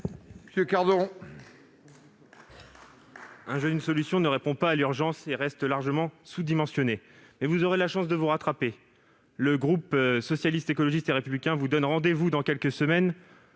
1 jeune, 1 solution » ne répond pas à l'urgence et reste largement sous-dimensionné. Toutefois, vous aurez une occasion de vous rattraper : les élus du groupe Socialiste, Écologiste et Républicain vous donnent rendez-vous dans quelques semaines